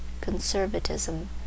conservatism